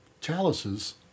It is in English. Chalices